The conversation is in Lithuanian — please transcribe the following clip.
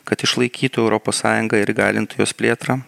kad išlaikytų europos sąjungą ir įgalintų jos plėtrą